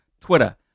Twitter